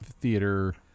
theater